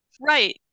Right